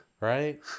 right